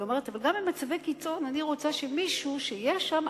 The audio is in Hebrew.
היא אומרת: אבל גם במצבי קיצון אני רוצה שמי שיהיה שם,